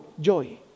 joy